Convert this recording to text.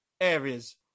areas